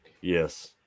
Yes